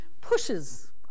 pushes